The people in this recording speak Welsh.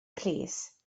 plîs